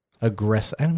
aggressive